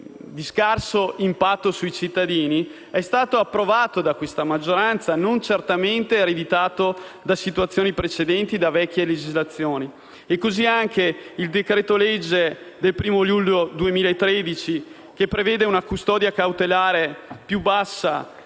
di scarso impatto sui cittadini, è stato approvato da questa maggioranza e non certo ereditato da situazioni precedenti e da vecchie legislazioni. Così anche il decreto-legge del 1° luglio 2013, che prevede una custodia cautelare più bassa,